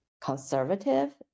conservative